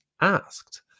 asked